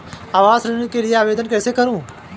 आवास ऋण के लिए आवेदन कैसे करुँ?